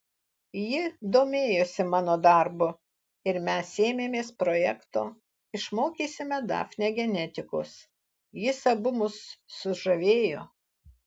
ji domėjosi mano darbu ir mes ėmėmės projekto išmokysime dafnę genetikos jis abu mus sužavėjo